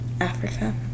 Africa